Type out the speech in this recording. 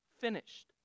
finished